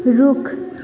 रुख